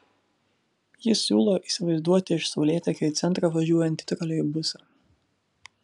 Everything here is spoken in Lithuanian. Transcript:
jis siūlo įsivaizduoti iš saulėtekio į centrą važiuojantį troleibusą